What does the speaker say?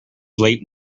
late